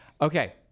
Okay